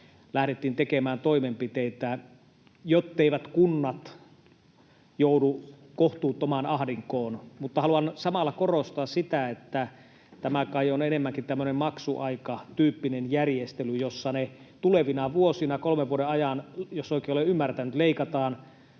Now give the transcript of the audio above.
lähdettiin tekemään toimenpiteitä, jotteivät kunnat joudu kohtuuttomaan ahdinkoon. Mutta haluan samalla korostaa sitä, että tämä kai on enemmänkin tämmöinen maksuaikatyyppinen järjestely, jossa sitten tulevina vuosina, kolmen vuoden ajan — jos oikein olen ymmärtänyt —, leikataan